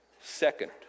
Second